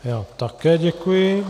Já také děkuji.